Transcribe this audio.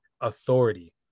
authority